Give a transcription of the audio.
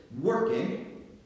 working